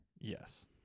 Yes